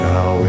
Now